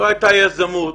לא הייתה יזמות,